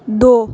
दो